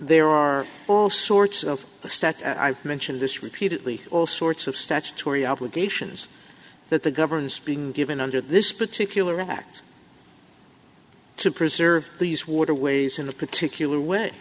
there are all sorts of stuff and i mentioned this repeatedly all sorts of statutory obligations that the government's being given under this particular act to preserve these waterways in a particular way